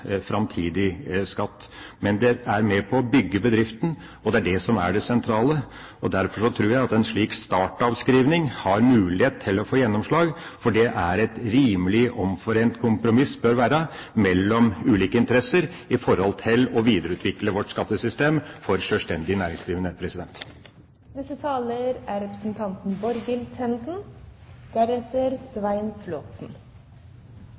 framtidig skatt. Men det er med på å bygge bedriften, og det er det som er det sentrale. Derfor tror jeg at en slik startavskrivning har mulighet til å få gjennomslag, for det er et rimelig omforent kompromiss – bør være – mellom ulike interesser for å videreutvikle vårt skattesystem for sjølstendig næringsdrivende.